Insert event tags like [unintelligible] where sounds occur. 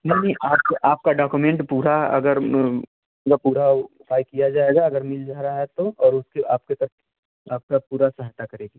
नहीं नहीं आप आपका डाकुमेंट पूरा अगर [unintelligible] पूरा ट्राइ किया जाएगा अगर मिल जा रहा है तो और उसके आपके तक आपका पूरा सहायता करेगी